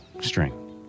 string